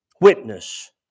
witness